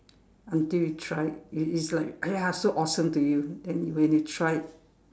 until you try it is like !aiya! so awesome to you then when you try it